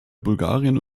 bulgarien